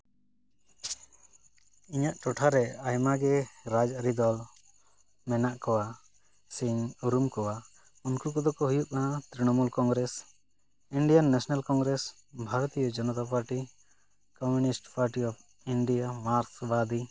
ᱤᱧᱟᱹᱜ ᱴᱚᱴᱷᱟ ᱨᱮ ᱟᱭᱢᱟ ᱜᱮ ᱨᱟᱡᱽᱼᱟᱹᱨᱤ ᱫᱚᱞ ᱢᱮᱱᱟᱜ ᱠᱚᱣᱟ ᱥᱤᱧ ᱩᱨᱩᱢ ᱠᱚᱣᱟ ᱩᱱᱠᱩ ᱠᱚᱫᱚ ᱠᱚ ᱦᱩᱭᱩᱜ ᱠᱟᱱᱟ Trinamool Congress Indian National Congress Bharatiya Janata party communist party of India Marxist ᱵᱟᱫᱤ